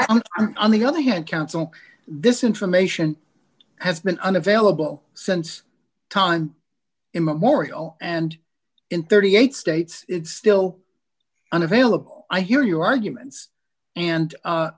i'm on the other hand council this information has been unavailable since time immemorial and in thirty eight states it's still unavailable i hear your arguments